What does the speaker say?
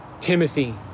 Timothy